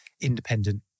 independent